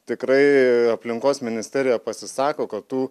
tikrai aplinkos ministerija pasisako kad tu